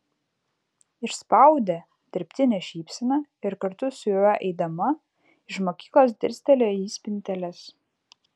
išspaudė dirbtinę šypseną ir kartu su juo eidama iš mokyklos dirstelėjo į spinteles